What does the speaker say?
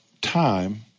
time